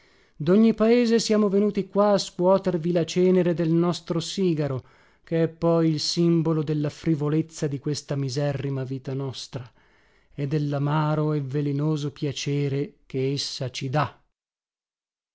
portacenere dogni paese siamo venuti qua a scuotervi la cenere del nostro sigaro che è poi il simbolo della frivolezza di questa miserrima vita nostra e dellamaro e velenoso piacere che essa ci dà